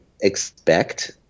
expect